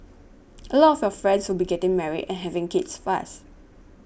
a lot of your friends will be getting married and having kids fast